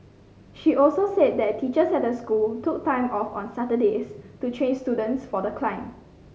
she also said that the teachers at the school took time off on Saturdays to train students for the climb